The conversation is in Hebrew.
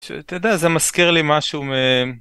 ש... אתה יודע, זה מזכיר לי משהו מ...